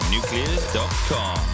Nuclears.com